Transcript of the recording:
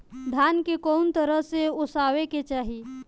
धान के कउन तरह से ओसावे के चाही?